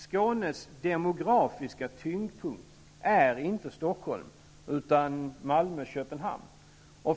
Skånes demografiska tyngdpunkt är inte Stockholm, utan Malmö-- Köpenhamn.